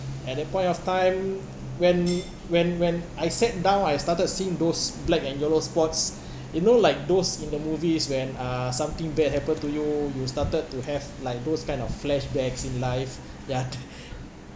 at that point of time when when when I sat down I started seeing those black and yellow spots you know like those in the movies when uh something bad happen to you you started to have like those kind of flashbacks in life that